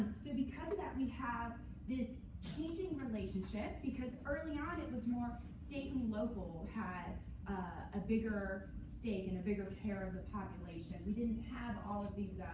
so because of that, we have this changing relationship. because early on, it was more state and local had a bigger stake and a bigger share of the population. we didn't have all of these